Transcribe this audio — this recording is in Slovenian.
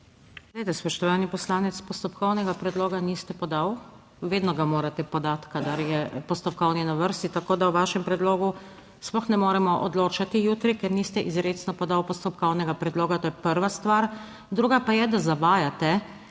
Spoštovani poslanec, postopkovnega predloga niste podali. Vedno ga morate podati, kadar je postopkovni na vrsti, tako da o vašem predlogu jutri sploh ne moremo odločati. Ker niste izrecno podali postopkovnega predloga. To je prva stvar. Druga pa je, da zavajate,